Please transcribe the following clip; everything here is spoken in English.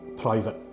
private